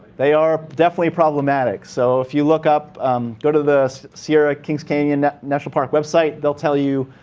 they are definitely problematic. so if you look up go to the sierra kings canyon national park website. they'll tell you,